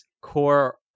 core